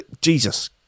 Jesus